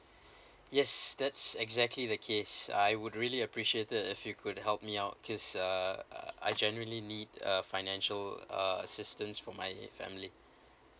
yes that's exactly the case I would really appreciate it if you could help me out cause uh I genuinely need uh financial uh assistance for my family